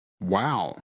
wow